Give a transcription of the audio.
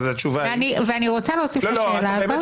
אני רוצה להוסיף לשאלה הזאת.